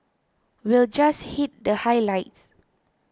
we'll just hit the highlights